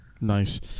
Nice